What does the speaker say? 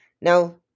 Now